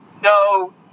no